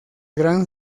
gran